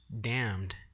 damned